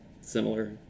similar